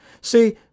See